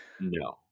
No